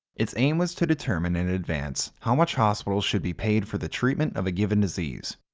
its aim was to determine in advance how much hospitals should be paid for the treatment of a given disease.